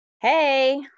hey